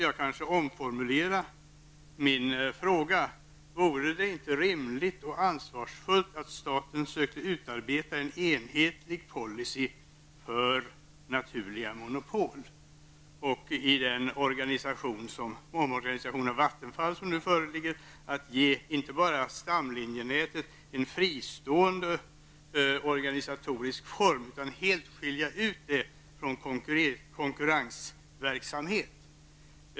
Jag omformulerar därför min fråga: Vore det inte rimligt och ansvarsfullt att staten sökte utarbeta en enhetlig policy för naturliga monopol? Vore det inte på sin plats i den omorganisation av Vattenfall som nu är aktuell att ge stamlinjenätet inte bara en fristående organisatorisk form utan att helt skilja ut detta från konkurrensverksamhet?